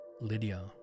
Lydia